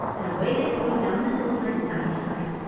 and away they flew down the hillside and out of sight,